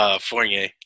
Fournier